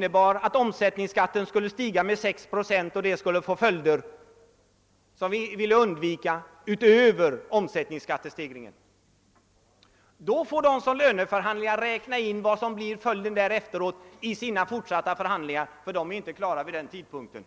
vilken tidpunkt momsen stiger med 6 procent, något som kan få följder, vilka vi vill undvika, utöver själva momshöjningen. Då kan löntagarnas förhandlare räkna ut vad som kommer att hända därefter — löneförhandlingarna är nämligen inte klara vid den tidpunkten.